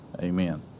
amen